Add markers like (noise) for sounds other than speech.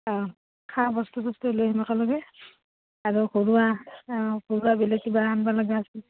(unintelligible)